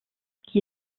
qui